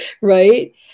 right